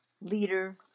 leader